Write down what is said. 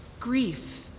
grief